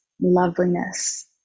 loveliness